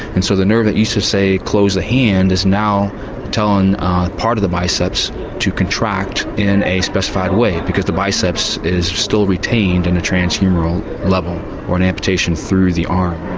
and so the nerve that used to say close the hand is now telling part of the biceps to contract in a specified way because the biceps is still retained in a trans-humeral level or an amputation through the arm.